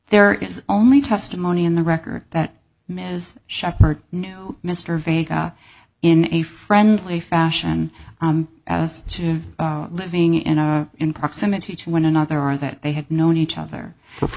there is only testimony in the record that ms sheppard no mr vega in a friendly fashion as to living in a in proximity to one another or that they had known each other for